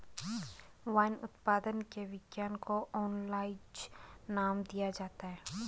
wine उत्पादन के विज्ञान को ओनोलॉजी नाम दिया जाता है